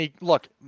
look